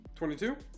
22